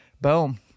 boom